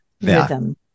rhythm